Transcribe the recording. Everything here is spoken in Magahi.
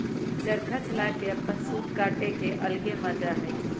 चरखा चला के अपन सूत काटे के अलगे मजा हई